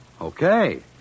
Okay